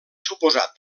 suposat